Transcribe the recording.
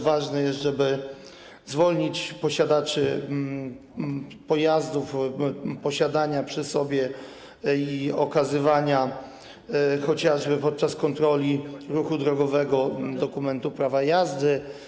Ważne jest też, żeby zwolnić posiadaczy pojazdów z obowiązku posiadania przy sobie i okazywania chociażby podczas kontroli ruchu drogowego dokumentu prawa jazdy.